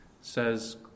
says